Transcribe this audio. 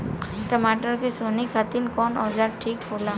टमाटर के सोहनी खातिर कौन औजार ठीक होला?